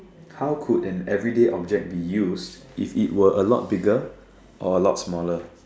how could an everyday object be used if it were a lot bigger or a lot smaller